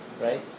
Right